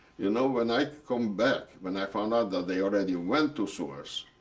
you know when i come back, when i found out that they already went to sewers,